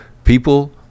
People